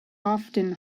often